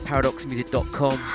ParadoxMusic.com